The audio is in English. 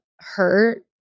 hurt